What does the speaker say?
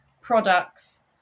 products